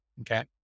Okay